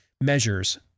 measures